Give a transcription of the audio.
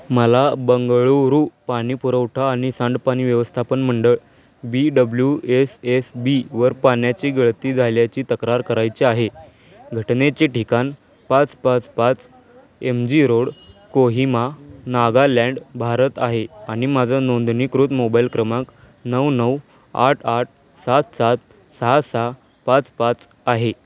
मला बंगळूरू पाणी पुरवठा आणि सांडपाणी व्यवस्थापन मंडळ बी डब्ल्यू एस एस बीवर पाण्याची गळती झाल्याची तक्रार करायची आहे घटनेचे ठिकाण पाच पाच पाच M G road Kohima Nagaland Bharat आहे आणि माझा नोंदणीकृत मोबाईल क्रमांक नऊ नऊ आठ आठ सात सात सहा सहा पाच पाच आहे